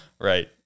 Right